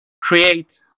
create